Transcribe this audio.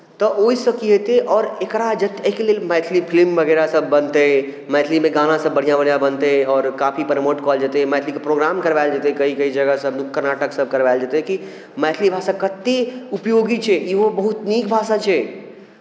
तऽ ओहिसँ की हेतै आओर एकरा जतेक एहिके लेल मैथली फिल्म वगैरहसभ बनतै मैथलीमे गानासभ बढ़िआँ बढ़िआँ सभ बनतै आओर काफी प्रमोट कऽ जेतै मैथलीके प्रोग्राम करबायल जेतै कइ कइ जगहसभ नुक्कड़ नाटकसभ करबायल जेतै की मैथली भाषा कतेक उपयोगी छै इहो बहुत नीक भाषा छै